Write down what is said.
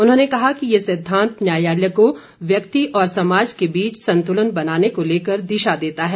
उन्होंने कहा कि ये सिद्धान्त न्यायालय को व्यक्ति और समाज के बीच संतुलन बनाने को लेकर दिशा देता है